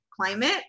climate